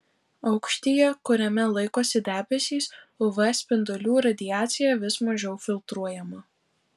aukštyje kuriame laikosi debesys uv spindulių radiacija vis mažiau filtruojama